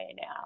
now